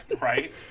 Right